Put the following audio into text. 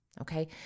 Okay